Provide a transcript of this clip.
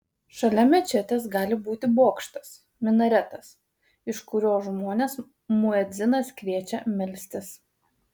šalia mečetės gali būti bokštas minaretas iš kurio žmones muedzinas kviečia melstis